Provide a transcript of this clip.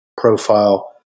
profile